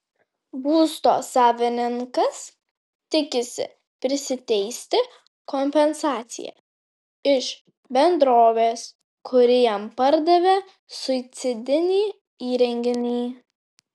būsto savininkas tikisi prisiteisti kompensaciją iš bendrovės kuri jam pardavė suicidinį įrenginį